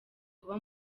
kuba